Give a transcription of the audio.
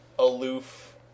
Aloof